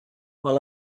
while